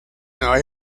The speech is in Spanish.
nueva